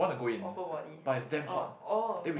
or whole body orh oh